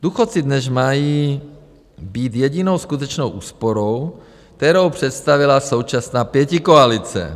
Důchodci dnes mají být jedinou skutečnou úsporou, kterou představila současná pětikoalice.